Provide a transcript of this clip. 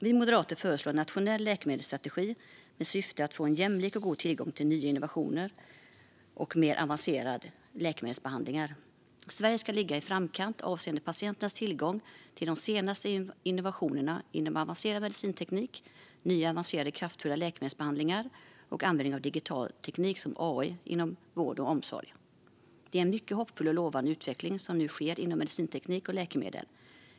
Vi moderater föreslår en nationell läkemedelsstrategi med syftet att få en jämlik och god tillgång till nya innovationer och mer avancerade läkemedelsbehandlingar. Sverige ska ligga i framkant avseende patienternas tillgång till de senaste innovationerna inom avancerad medicinteknik, nya avancerade, kraftfulla läkemedelsbehandlingar och användning av digital teknik som AI inom vård och omsorg. Det är en mycket hoppfull och lovande utveckling som nu sker när det gäller medicinteknik och läkemedel.